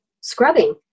scrubbing